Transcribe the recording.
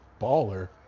Baller